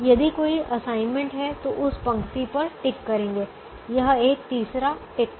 यदि कोई असाइनमेंट है तो उस पंक्ति पर टिक करेंगे यह एक तीसरा टिक था